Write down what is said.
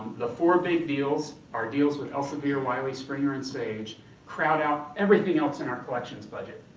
the four big deals are deals with elsevier, wiley, springer, and sage crowd out everything else in our collections budget.